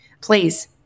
please